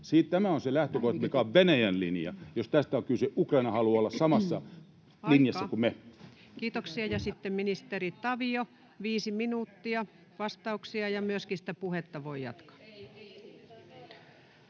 Tämä on se lähtökohta, mikä on Venäjän linja. Jos tästä on kyse, Ukraina haluaa olla samassa linjassa kuin me. Kiitoksia. — Sitten ministeri Tavio, viisi minuuttia vastauksia, ja myöskin sitä puhetta voi jatkaa.